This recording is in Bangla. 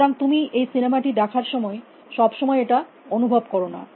সুতরাং তুমি এই সিনেমাটি দেখার সময় সব সময় এটা অনুভব কর না